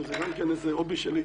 שזה גם הובי שלי.